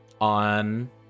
On